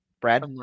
Brad